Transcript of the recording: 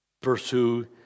Pursue